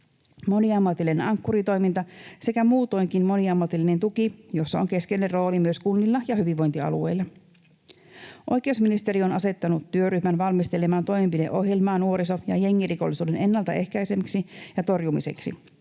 moniammatillinen Ankkuri-toiminta sekä muutoinkin moniammatillinen tuki, jossa on keskeinen rooli myös kunnilla ja hyvinvointialueilla. Oikeusministeriö on asettanut työryhmän valmistelemaan toimenpideohjelmaa nuoriso- ja jengirikollisuuden ennaltaehkäisemiseksi ja torjumiseksi.